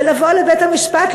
ולבוא לבית-המשפט,